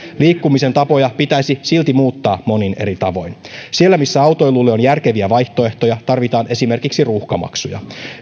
liikkumisen tapoja pitäisi silti muuttaa monin eri tavoin siellä missä autoilulle on järkeviä vaihtoehtoja tarvitaan esimerkiksi ruuhkamaksuja